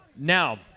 Now